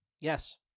Yes